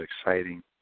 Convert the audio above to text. exciting